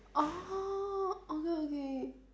orh okay okay